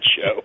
show